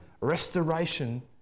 restoration